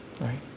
right